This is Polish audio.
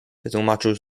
wytłumaczył